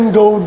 go